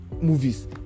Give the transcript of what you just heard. movies